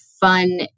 fun